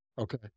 Okay